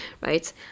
Right